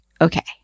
Okay